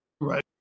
right